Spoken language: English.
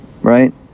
right